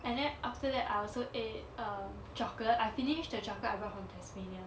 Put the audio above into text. and then after that I also ate um chocolate I finished the chocolate I bought from tasmania